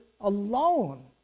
alone